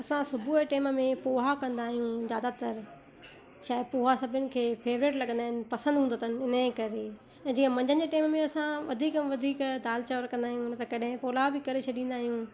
असां सुबुह टाइम में पोहा कंदा आहियूं जादातर छाहे पोहा सभिनि खे फेवरेट लॻंदा आहिनि पसंदि हूंदो अथनि इन जे करे जीअं मंझंदि जे टाइम में असां वधीक में वधीक दाल चांवरु कंदा आहियूं उन सां कॾहिं पुलाउ बि करे छॾींदा आहियूं